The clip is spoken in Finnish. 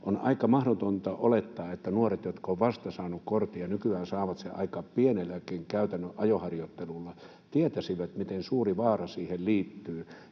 on aika mahdotonta olettaa, että nuoret, jotka ovat vasta saaneet kortin — ja nykyään saavat sen aika pienelläkin käytännön ajoharjoittelulla — tietäisivät, miten suuri vaara siihen liittyy.